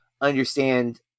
understand